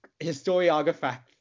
historiography